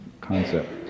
concept